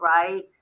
right